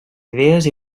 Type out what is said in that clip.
idees